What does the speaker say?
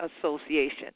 Association